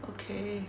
okay